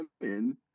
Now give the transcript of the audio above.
women